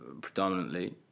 predominantly